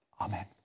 Amen